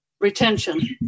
retention